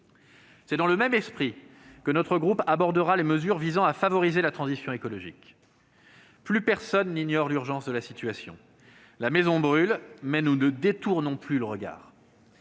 C'est dans le même esprit que notre groupe abordera les mesures visant à favoriser la transition écologique. Plus personne n'ignore l'urgence de la situation :« notre maison brûle », mais nous ne détournons plus le regard.